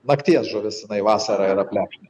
nakties žuvis jinai vasarą yra plekšnė